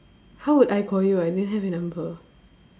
how would I call you I didn't have your number